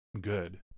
good